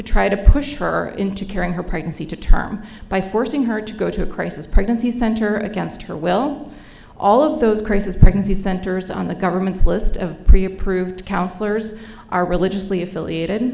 try to push her into carrying her pregnancy to term by forcing her to go to a crisis pregnancy center against her will all of those crisis pregnancy centers on the government's list of pre approved counselors are religiously affiliated